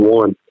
one